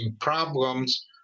problems